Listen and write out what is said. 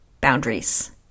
boundaries